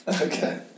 Okay